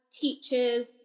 teachers